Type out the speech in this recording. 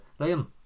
Liam